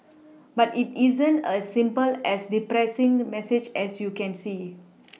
but it isn't as simple as depressing message as you can see